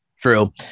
True